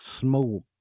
smoke